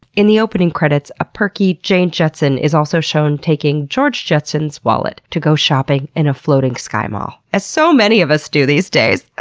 in the opening credits, a perky jane jetson is also shown taking george jetson's wallet to go shopping in a floating skymall. as so many of us do these days!